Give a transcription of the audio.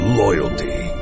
loyalty